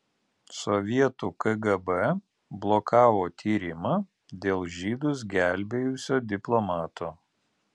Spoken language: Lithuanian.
sovietų kgb blokavo tyrimą dėl žydus gelbėjusio diplomato